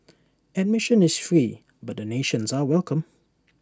admission is free but donations are welcome